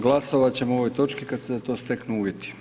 Glasovat ćemo o ovoj točki kad se za to steknu uvjeti.